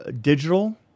digital